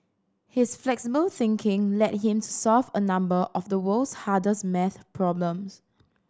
his flexible thinking led him to solve a number of the world's hardest maths problems